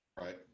Right